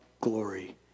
glory